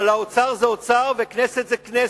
אבל אוצר זה אוצר וכנסת זה כנסת.